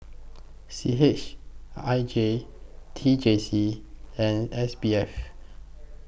C H I J T J C and S B F